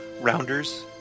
rounders